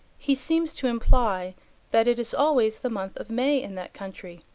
he seems to imply that it is always the month of may in that country.